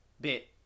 bit